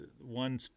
One